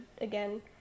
again